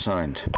Signed